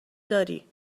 داری